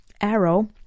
Arrow